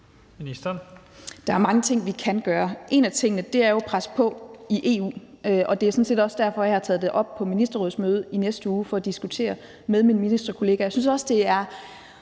Der er mange ting, vi kan gøre. En af tingene er jo at presse på i EU, og det er sådan set også derfor, jeg vil tage det op på ministerrådsmødet i næste uge, nemlig for at diskutere det med mine ministerkollegaer.